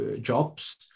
jobs